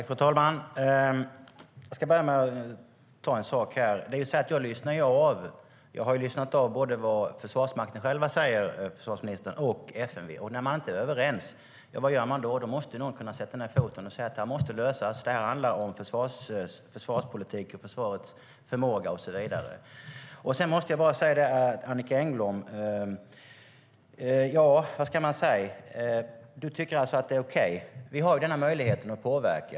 Fru talman! Jag har lyssnat på vad både Försvarsmakten och FMV säger, och vad gör man när man inte är överens? Då måste någon kunna sätta ned foten och säga att det måste lösas. Det handlar om försvarspolitik och försvarets förmåga. Till Annicka Engblom har jag en fråga. Du tycker alltså att detta är okej. Nu har vi denna möjlighet att påverka.